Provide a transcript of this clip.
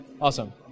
Awesome